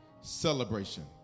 Celebration